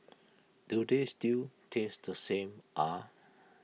do they still taste the same ah